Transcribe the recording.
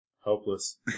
Hopeless